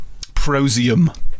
Prosium